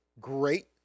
great